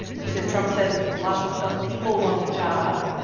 he says trump says lots of people want the job.